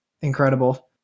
incredible